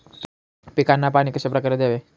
पिकांना पाणी कशाप्रकारे द्यावे?